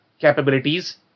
capabilities